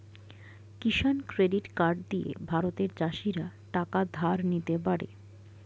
কিষান credit card দিয়ে ভারতের চাষীরা টাকা ধার নিতে পারে